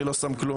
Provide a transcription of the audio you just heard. אני לא שם כלום.